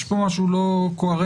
יש פה משהו לא קוהרנטי.